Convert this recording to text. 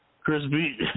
Crispy